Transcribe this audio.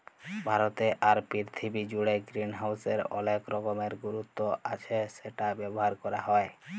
ভারতে আর পীরথিবী জুড়ে গ্রিনহাউসের অলেক রকমের গুরুত্ব আচ্ছ সেটা ব্যবহার ক্যরা হ্যয়